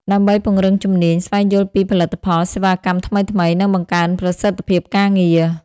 ដើម្បីពង្រឹងជំនាញ ស្វែងយល់ពីផលិតផល សេវាកម្មថ្មីៗ និងបង្កើនប្រសិទ្ធភាពការងារ។